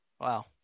wow